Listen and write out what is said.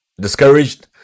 discouraged